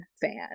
Fan